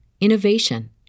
innovation